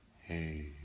Hey